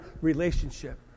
relationship